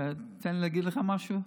תן לי להגיד לך משהו: